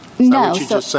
No